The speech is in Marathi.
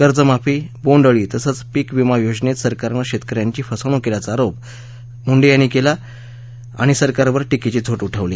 कर्जमाफी बोण्ड अळी तसंच पीक विमा योजनेत सरकारनं शेतक यांची फसवणूक केल्याचा आरोप करत मुंडे यांनी यावेळी सरकारवर टीकेची झोड उठवली